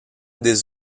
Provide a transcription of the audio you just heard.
des